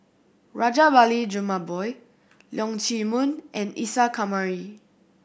Rajabali Jumabhoy Leong Chee Mun and Isa Kamari